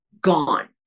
gone